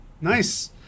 Nice